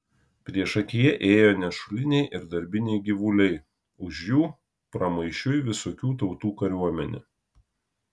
priešakyje ėjo nešuliniai ir darbiniai gyvuliai už jų pramaišiui visokių tautų kariuomenė